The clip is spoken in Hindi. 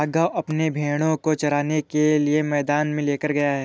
राघव अपने भेड़ों को चराने के लिए मैदान में लेकर गया है